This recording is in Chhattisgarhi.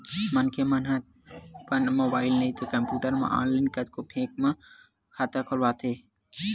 मनखे मन अपन मोबाईल नइते कम्प्यूटर म ऑनलाईन कतको बेंक म खाता खोलवाथे